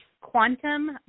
Quantum